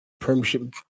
premiership